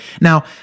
Now